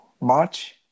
March